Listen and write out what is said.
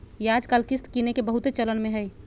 याजकाल किस्त किनेके बहुते चलन में हइ